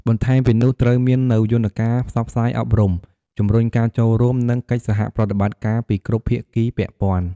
បន្ថែមពីនោះត្រូវមាននូវយន្តការផ្សព្វផ្សាយអប់រំ ជំរុញការចូលរួម និងកិច្ចសហប្រតិបត្តិការពីគ្រប់ភាគីពាក់ព័ន្ធ។